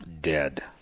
Dead